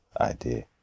idea